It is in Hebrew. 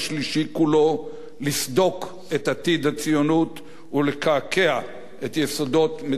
לסדוק את עתיד הציונות ולקעקע את יסודות מדינת הלאום שלנו.